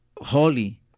Holly